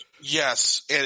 Yes